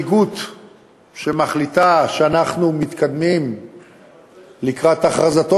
מנהיגות שמחליטה שאנחנו מתקדמים לקראת הכרזתו